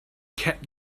kept